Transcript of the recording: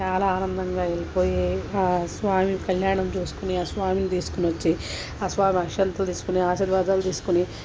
చాలా ఆనందంగా అయిపోయి ఆ స్వామి కళ్యాణం చూసుకొని ఆ స్వామిని తీసుకొని వచ్చి ఆ స్వామి అక్షింతలు తీసుకొని ఆశీర్వాదాలు తీసుకొని